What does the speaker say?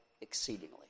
exceedingly